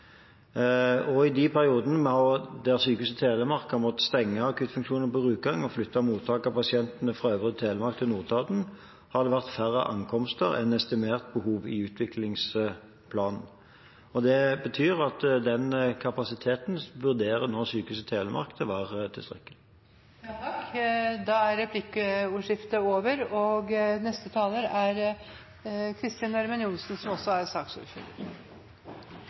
I de periodene da Sykehuset Telemark har måttet stenge akuttfunksjonen på Rjukan og flytte mottaket av pasientene fra Øvre Telemark til Notodden, har det vært færre ankomster enn estimert behov i utviklingsplanen. Det betyr at den kapasiteten vurderer nå Sykehuset Telemark å være tilstrekkelig. Replikkordskiftet er over. De talere som heretter får ordet, har en taletid på inntil 3 minutter. Jeg synes det har vært en god debatt. Det er